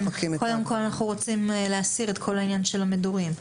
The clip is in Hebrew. אנחנו רוצי להסיר את כל העניין של המדורים.